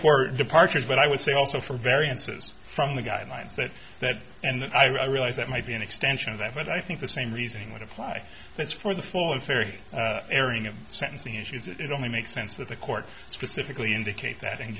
for departures but i would say also for variances from the guidelines that that and i realize that might be an extension of that but i think the same reasoning would apply this for the fall of fairy airing of sentencing issues it only makes sense that the court specifically indicate that and